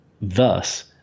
thus